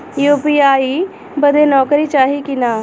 UPI बदे नौकरी चाही की ना?